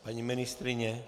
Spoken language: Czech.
Paní ministryně?